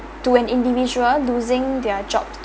to an individual losing their job